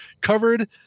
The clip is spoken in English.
covered